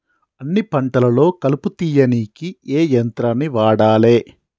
అన్ని పంటలలో కలుపు తీయనీకి ఏ యంత్రాన్ని వాడాలే?